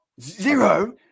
Zero